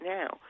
now